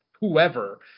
whoever